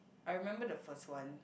I remember the first one